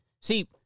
See